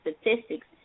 statistics